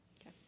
Okay